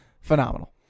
phenomenal